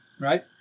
right